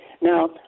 Now